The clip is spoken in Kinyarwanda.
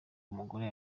umugore